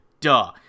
Duh